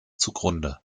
zugrunde